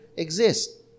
exist